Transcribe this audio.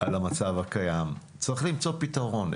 צריך למצוא פתרון.